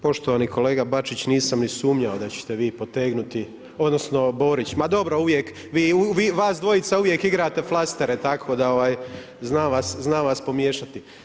Poštovani kolega Bačić, nisam ni smuljao da ćete vi potegnuti, odnosno, Borić, ma dobro, vi uvijek, vas dvojica uvijek izgrade flastere, tako da znam vas pomiješati.